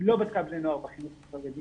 היא לא בדקה בני נוער בחינוך החרדי.